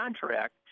contract